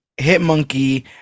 Hitmonkey